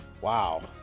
Wow